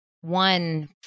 one